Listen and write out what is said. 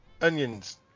Onions